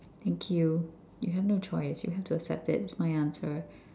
thank you you have no choice you have to accept it it's my answer